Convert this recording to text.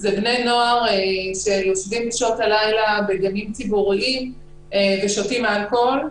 בני נוער שיושבים בשעות הלילה בגנים ציבוריים ושותים אלכוהול.